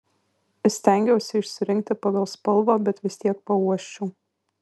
stengiausi išsirinkti pagal spalvą bet vis tiek pauosčiau